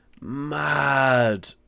Mad